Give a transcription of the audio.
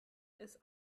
ist